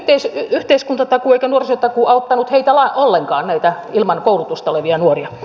eivät yhteiskuntatakuu eikä nuorisotakuu auttaneet ollenkaan näitä ilman koulutusta olevia nuoria